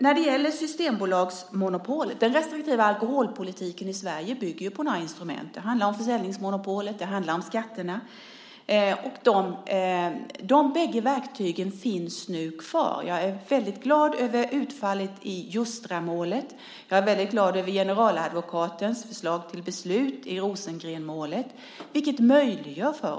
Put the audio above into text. När det gäller Systembolagsmonopolet bygger ju den restriktiva alkoholpolitiken i Sverige på några instrument. Det handlar om försäljningsmonopolet och om skatterna. De båda verktygen finns nu kvar. Jag är väldigt glad över utfallet i Joustramålet. Jag är väldigt glad över generaladvokatens förslag till beslut i Rosengrenmålet.